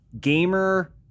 gamer